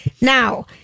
Now